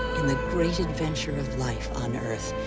in the adventure of life on earth,